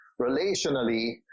relationally